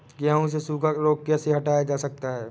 गेहूँ से सूखा रोग कैसे हटाया जा सकता है?